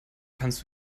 kannst